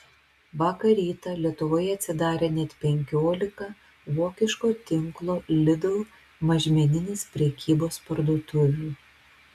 vakar rytą lietuvoje atsidarė net penkiolika vokiško tinklo lidl mažmeninės prekybos parduotuvių